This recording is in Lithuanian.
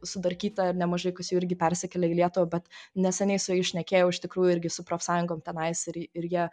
sudarkyta ir nemažai kas jų irgi persikėlė į lietuvą bet neseniai su jais šnekėjau iš tikrųjų irgi su profsąjungom tenais ir ir jie